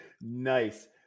Nice